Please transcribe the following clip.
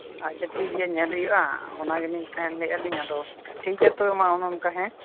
ᱟᱪᱪᱷᱟ ᱴᱷᱤᱠ ᱜᱮᱭᱟ ᱧᱮᱞ ᱦᱩᱭᱩᱜᱼᱟ ᱚᱱᱟᱜᱮᱞᱤᱧ ᱟᱫᱚ ᱴᱷᱤᱚᱠ ᱜᱮᱭᱟ ᱛᱚᱵᱮ ᱢᱟ ᱚᱱᱮ ᱚᱱᱠᱟ ᱦᱮᱸ